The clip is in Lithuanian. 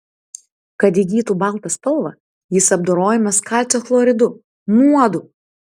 kad įgytų baltą spalvą jis apdorojamas kalcio chloridu nuodu